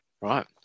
right